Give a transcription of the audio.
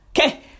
Okay